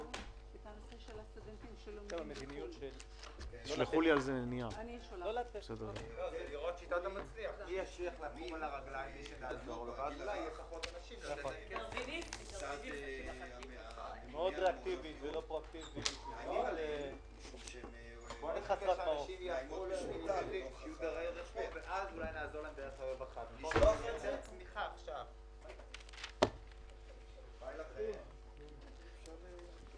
13:20.